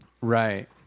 right